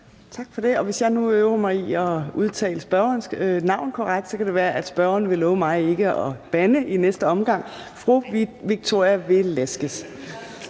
Tak for det, og hvis jeg nu øver mig i at udtale mig spørgerens navn korrekt, så kan det være, at spørgeren vil love mig ikke at bande i næste omgang. Fru Victoria Velasquez.